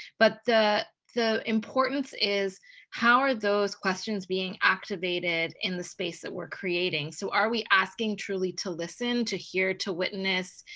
but the the importance is how those questions being activated in the space that we're creating? so are we asking truly to listen, to hear, to witness,